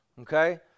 Okay